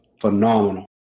phenomenal